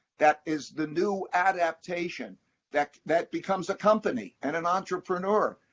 that is the new adaptation that that becomes a company and an entrepreneur.